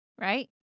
right